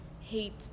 hate